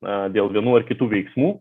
na dėl vienų ar kitų veiksmų